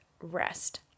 rest